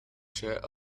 chair